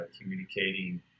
communicating